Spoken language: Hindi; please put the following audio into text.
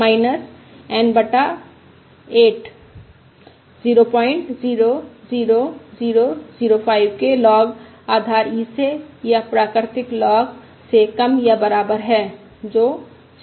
N बटा 8 000005 के लॉग आधार e से या प्राकृतिक लॉग से कम या बराबर है जो 00001 है